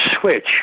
switch